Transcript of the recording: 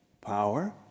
Power